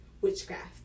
witchcraft